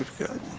good